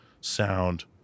sound